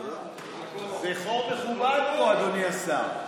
זה חור מכובד פה, אדוני השר.